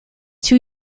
two